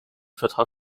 vertrag